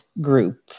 group